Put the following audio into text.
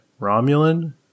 Romulan